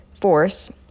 force